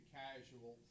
casual